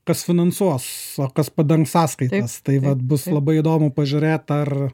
kas finansuos o kas padengs sąskaitas tai vat bus labai įdomu pažiūrėt ar